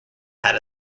had